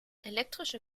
elektrische